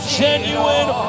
genuine